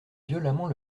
violemment